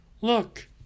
Look